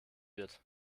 wird